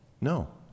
No